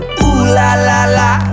Ooh-la-la-la